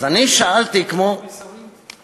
אז אני שאלתי, כמו, יש שרים?